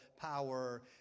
power